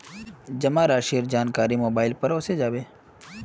जमा राशिर जानकारी मोबाइलेर पर ओसे जाबे